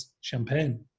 Champagne